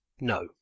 no